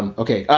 um okay.